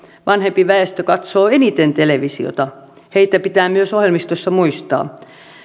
vanhempi väestö katsoo eniten televisiota heitä pitää myös ohjelmistossa muistaa